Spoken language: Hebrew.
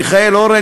מיכאל אורן,